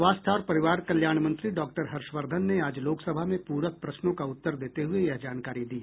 स्वास्थ्य और परिवार कल्याण मंत्री डॉक्टर हर्षवर्धन ने आज लोकसभा में पूरक प्रश्नों का उत्तर देते हुए ये जानकारी दी